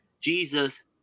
Jesus